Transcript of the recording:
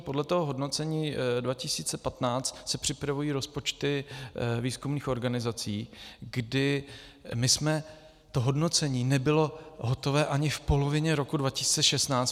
Podle toho hodnocení 2015 se připravují rozpočty výzkumných organizací, kdy to hodnocení nebylo hotové ani v polovině roku 2016.